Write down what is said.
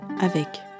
avec